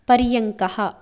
पर्यङ्कः